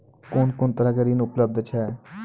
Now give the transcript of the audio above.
कून कून तरहक ऋण उपलब्ध छै?